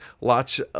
lots